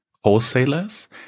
wholesalers